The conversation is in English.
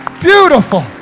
beautiful